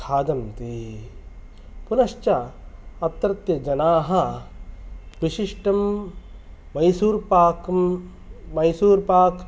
खादन्ति पुनश्च अत्र ते जनाः विशिष्टं मैसूर्पाकं मैसूर्पाक्